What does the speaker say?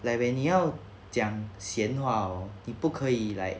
like when 你要讲闲话 hor 你不可以 like